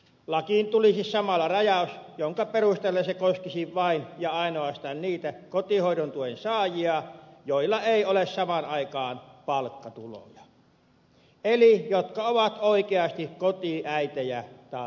lakiin tulisi samalla rajaus jonka perusteella se koskisi vain ja ainoastaan niitä kotihoidon tuen saajia joilla ei ole samaan aikaan palkkatuloja eli jotka ovat oikeasti kotiäitejä tai isiä